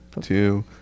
two